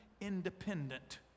independent